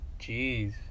Jeez